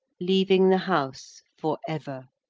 leaving the house for ever,